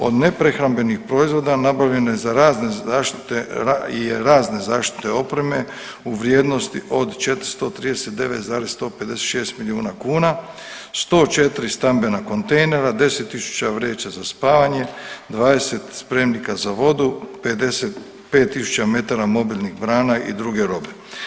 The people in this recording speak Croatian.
Od neprehrambenih proizvoda nabavljeno je za razne zaštite i razne zaštitne opreme u vrijednosti od 439,156 milijuna kuna, 104 stambena kontejnera, 10.000 vreća za spavanje, 20 spremnika za vodu, 55.000 metara mobilnih brana i druge robe.